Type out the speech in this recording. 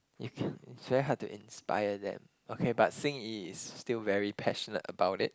if it's very hard to inspire them okay but Xing-Yi is still very passionate about it